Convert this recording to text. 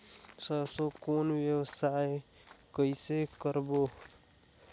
सरसो कौन व्यवसाय कइसे करबो?